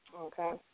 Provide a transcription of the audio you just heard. Okay